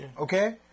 okay